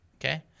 Okay